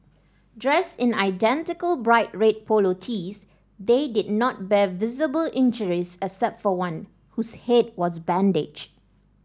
dressed in identical bright red polo tees they did not bear visible injuries except for one whose head was bandaged